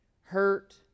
hurt